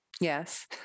Yes